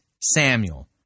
Samuel